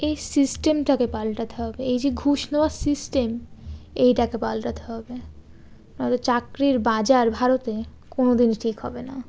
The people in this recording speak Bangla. এই সিস্টেমটাকে পাল্টাতে হবে এই যে ঘুষ নেওয়ার সিস্টেম এইটাকে পাল্টাতে হবে নাহলে চাকরির বাজার ভারতে কোনো দিনই ঠিক হবে না